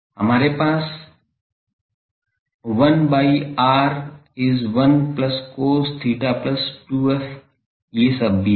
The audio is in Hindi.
हमारे पास 1 by r is 1 plus cos theta plus 2f ये सब भी है